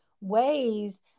ways